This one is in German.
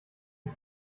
die